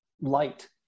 light